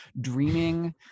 dreaming